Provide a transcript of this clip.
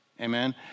Amen